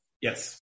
Yes